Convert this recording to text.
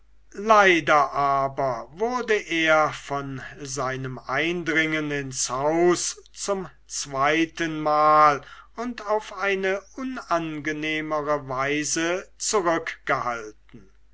leider aber wurde er von seinem eindringen ins haus zum zweitenmal und auf eine unangenehmere weise zurückgehalten